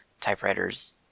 typewriters